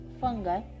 fungi